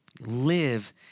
live